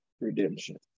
Redemption